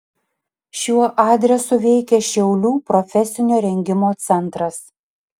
šiuo adresu veikia šiaulių profesinio rengimo centras